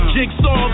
Jigsaw